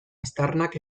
aztarnak